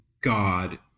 God